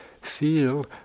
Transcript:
feel